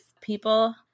people